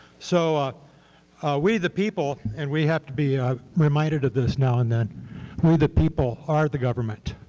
so ah we, the people and we have to be reminded of this now and then we, the people, are the government,